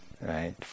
right